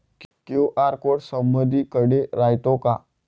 QR code समदीकडे रायतो का?